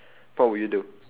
what would you do